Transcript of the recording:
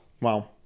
Wow